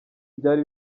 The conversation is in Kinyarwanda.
byari